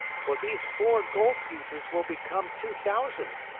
for these four gold pieces will become two thousand.